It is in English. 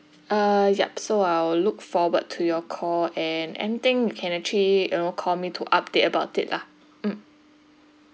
uh yup so I will look forward to your call and anything you can actually you know call me to update about it lah mm